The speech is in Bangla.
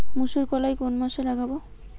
মুসুরকলাই কোন মাসে লাগাব?